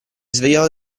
svegliò